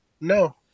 no